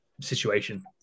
situation